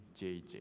JJ